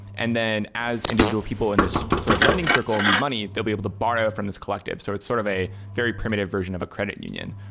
and then as individual people in this sort of lending circle need money, they'll be able to borrow from this collective. so it's sort of a very primitive version of a credit union.